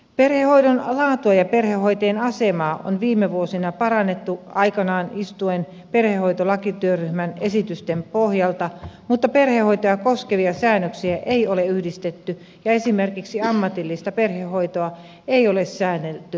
perhehoidon laatua ja perhehoitajien asemaa on viime vuosina parannettu aikanaan istuneen perhehoitolakityöryhmän esitysten pohjalta mutta perhehoitoa koskevia säännöksiä ei ole yhdistetty ja esimerkiksi ammatillista perhehoitoa ei ole säännelty selkeästi